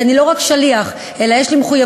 כי אני לא רק שליח אלא יש לי מחויבות